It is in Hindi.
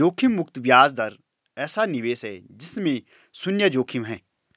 जोखिम मुक्त ब्याज दर ऐसा निवेश है जिसमें शुन्य जोखिम है